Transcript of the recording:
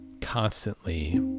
constantly